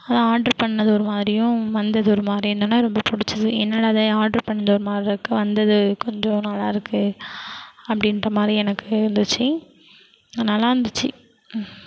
ஆனால் ஆட்ரு பண்ணது ஒரு மாதிரியும் வந்தது ஒரு மாதிரியும் இருந்தவொடன ரொம்ப பிடிச்சிது என்னடா இது ஆட்ரு பண்ணது ஒரு மாதிரி இருக்குது வந்தது கொஞ்சம் நல்லாயிருக்கு அப்படீன்ற மாதிரி எனக்கு இருந்துச்சு நல்லா இருந்துச்சு